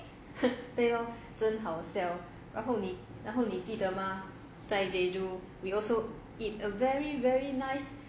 对咯真好笑然后你记得嘛在 jeju we also eat a very very nice